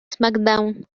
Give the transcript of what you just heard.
smackdown